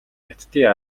хятадын